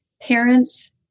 parents